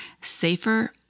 safer